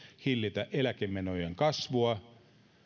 hillitä eläkemenojen kasvua